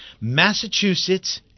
Massachusetts